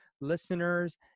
listeners